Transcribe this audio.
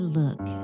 look